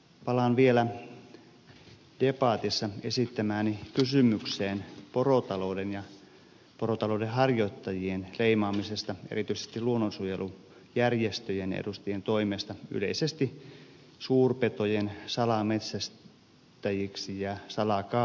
palaan vielä debatissa esittämääni kysymykseen porotalouden ja porotalouden harjoittajien leimaamisesta erityisesti luonnonsuojelujärjestöjen edustajien toimesta yleisesti suurpetojen salametsästäjiksi ja salakaatajiksi